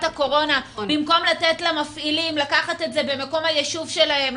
הקורונה במקום לתת למפעילים לקחת ולבצע את זה במקום היישוב שלהם,